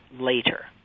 later